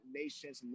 nation's